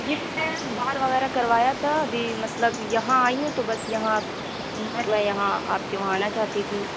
جی ma'am باہر وغیرہ کروایا تھا ابھی مطلب یہاں آئی ہوں تو بس یہاں میں یہاں آپ کے وہاں آنا چاہتی تھی